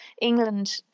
England